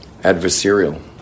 adversarial